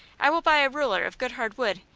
i will buy a ruler of good hard wood,